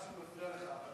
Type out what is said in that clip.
סליחה שאני מפריע לך,